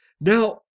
Now